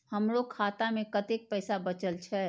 हमरो खाता में कतेक पैसा बचल छे?